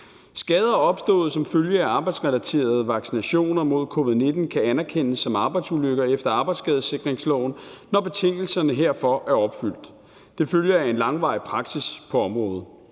Skader opstået som følge af arbejdsrelaterede vaccinationer mod covid-19 kan anerkendes som arbejdsulykker efter arbejdsskadesikringsloven, når betingelserne herfor er opfyldt. Det følger af en langvarig praksis på området.